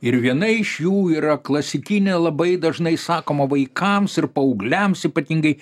ir viena iš jų yra klasikinė labai dažnai sakoma vaikams ir paaugliams ypatingai